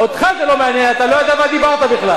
אותך זה לא מעניין, אתה לא יודע מה דיברת בכלל.